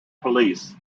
police